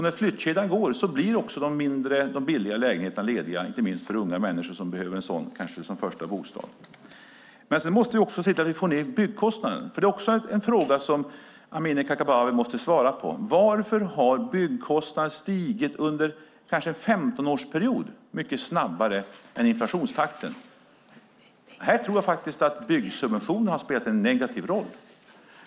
När flyttkedjan går blir de mindre och billigare lägenheterna lediga för unga människor som behöver en första bostad. Vi måste också få ned byggkostnaden. En fråga som Amineh Kakabaveh måste svara på är: Varför har byggkostnaden stigit mycket snabbare än inflationen under kanske en 15-årsperiod? Här tror jag att byggsubventionerna har spelat en negativ roll.